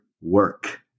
work